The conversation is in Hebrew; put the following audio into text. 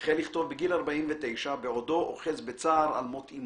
החל לכתוב בגיל 49 בעודו אוחז בצער על מות אמו.